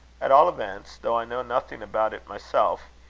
at all events, though i know nothing about it myself,